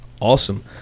awesome